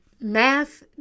math